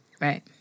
Right